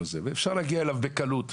אפשר להגיע אליו בקלות,